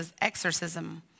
exorcism